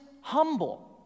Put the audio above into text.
humble